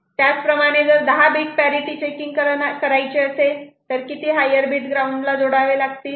त्याचप्रमाणे जर 10 bit parity checking करायचे असेल तर किती हायर बीट ग्राऊंडला जोडावे लागतील